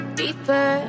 deeper